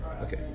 Okay